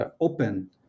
open